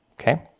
okay